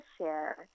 share